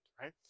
right